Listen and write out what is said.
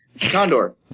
Condor